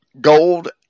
gold